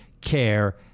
care